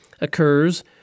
occurs